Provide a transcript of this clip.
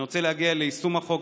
אני רוצה להגיע ליישום החוק,